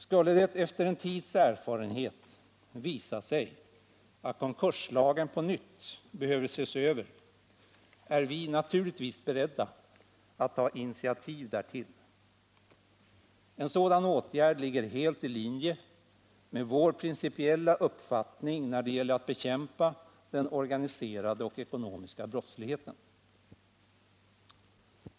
Skulle det efter en tids erfarenhet visa sig att konkurslagen på nytt behöver ses över är vi naturligtvis beredda att ta initiativ därtill. En sådan åtgärd ligger helt i linje med vår principiella uppfattning när det gäller att bekämpa den organiserade och den ekonomiska brottsligheten.